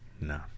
No